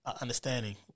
understanding